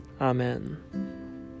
Amen